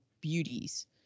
beauties